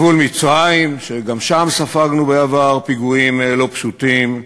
גבול מצרים, שגם שם ספגנו בעבר פיגועים לא פשוטים,